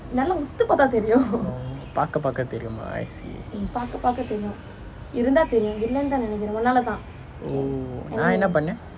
பார்க்க பார்க்க தெரியும்:paarkka paarkka theriyum ah I see oh நான் என்ன பண்ணேன்:naan enna pannen